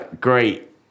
Great